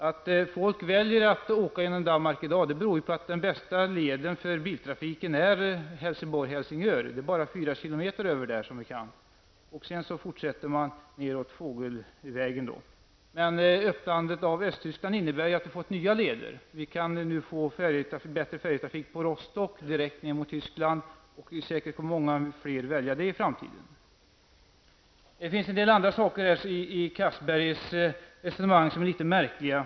Att folk väljer att åka genom Danmark beror på att den bästa leden för biltrafik är Helsingborg--Helsingör. Det är bara 4 kilometer, som vi vet. Sedan fortsätter man fågelvägen söderöver. Öppnandet av östra Tyskland innebär att vi har fått nya leder. Vi kan nu få en bättre färjetrafik direkt ner mot Tyskland till Rostock. Många fler kommer säkert att välja det alternativet i framtiden. Det finns en del annat i Anders Castbergers resonemang som är litet märkligt.